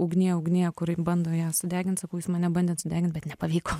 ugnie ugnie kuri bando ją sudegint sakau jūs mane bandėt sudegint bet nepavyko